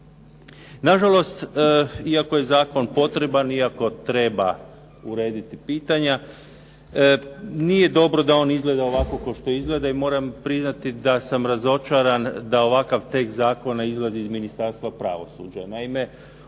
Nažalost, iako je zakon potreban, iako treba urediti pitanja, nije dobro da on izgleda ovako kao što izgleda i moram priznati da sam razočaran da ovakav tekst zakona izlazi iz Ministarstva pravosuđa.